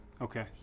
Okay